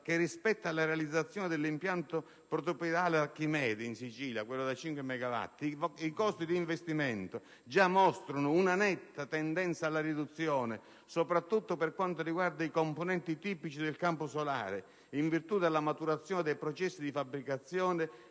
che, rispetto alla realizzazione in Sicilia dell'impianto Archimede da 5 megawatt, i costi di investimento già mostrano una netta tendenza alla riduzione, soprattutto per quanto riguarda i componenti tipici del campo solare, in virtù della maturazione dei processi di fabbricazione